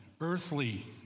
earthly